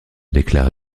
déclare